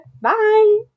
Bye